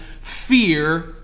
fear